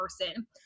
person